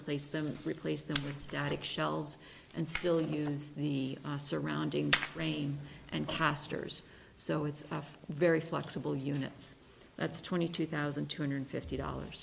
place them replace them with static shelves and still use the surrounding terrain and casters so it's a very flexible units that's twenty two thousand two hundred fifty dollars